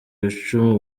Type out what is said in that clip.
icumu